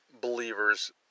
believers